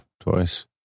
Twice